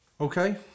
Okay